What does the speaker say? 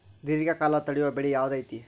ದೇರ್ಘಕಾಲ ತಡಿಯೋ ಬೆಳೆ ಯಾವ್ದು ಐತಿ?